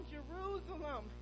Jerusalem